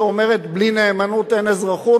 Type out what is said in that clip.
שאומרת "בלי נאמנות אין אזרחות",